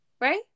Right